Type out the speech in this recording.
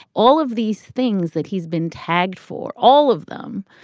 all of these things that he's been tagged for, all of them,